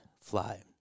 fly